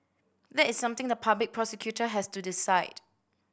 that is something the public prosecutor has to decide